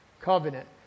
covenant